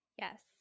Yes